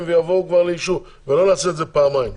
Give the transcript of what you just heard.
והם יבואו לאישור ולא נעשה את זה פעמיים.